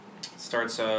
starts